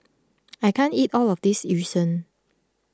I can't eat all of this Yu Sheng